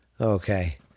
Okay